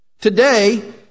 Today